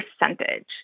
percentage